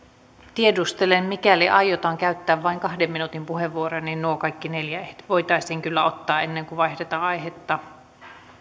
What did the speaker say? tiedustelen mikäli aiotaan käyttää vain kahden minuutin puheenvuoroja niin nuo kaikki neljä voitaisiin kyllä ottaa ennen kuin vaihdetaan aihetta